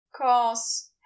Cause